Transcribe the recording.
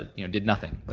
and you know did nothing,